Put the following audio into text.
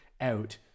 out